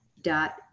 dot